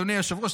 אדוני היושב-ראש,